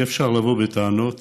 אי-אפשר לבוא בטענות